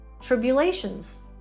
tribulations